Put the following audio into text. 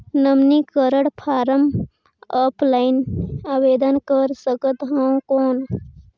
नवीनीकरण form offline आवेदन कर सकत हो कौन?